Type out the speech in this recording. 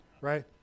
right